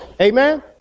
Amen